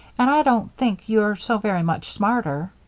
and i don't think you're so very much smarter.